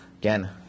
Again